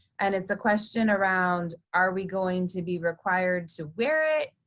and it's a question around, are we going to be required to wear it,